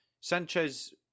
Sanchez